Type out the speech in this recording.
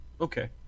Okay